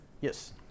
yes